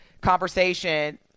conversation